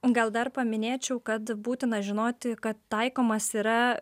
gal dar paminėčiau kad būtina žinoti kad taikomas yra